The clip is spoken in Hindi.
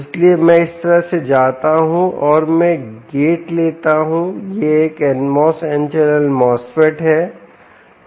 इसलिएमैं इस तरह से जाता हूं और मैं गेट लेता हूं यह एक NMOS n चैनल MOSFET है